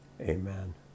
Amen